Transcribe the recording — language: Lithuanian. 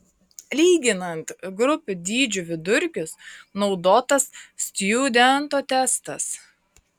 lyginant grupių dydžių vidurkius naudotas stjudento testas